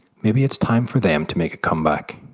maybe it's time for them to make a comeback.